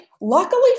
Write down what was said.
Luckily